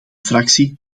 fractie